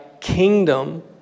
kingdom